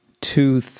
two